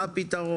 מה הפתרון?